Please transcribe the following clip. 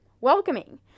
welcoming